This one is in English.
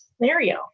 scenario